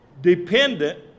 dependent